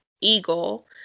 Eagle